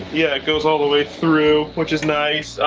yeah. it goes all the way through, which is nice.